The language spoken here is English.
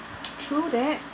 true that